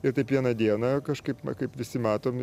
ir taip vieną dieną kažkaip va kaip visi matom